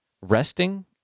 Resting